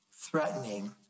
threatening